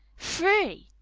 free!